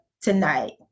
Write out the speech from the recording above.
tonight